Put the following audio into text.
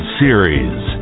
series